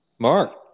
mark